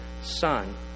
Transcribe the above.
son